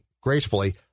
gracefully